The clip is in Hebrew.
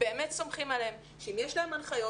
באמת סומכים עליהם שאם יש להם הנחיות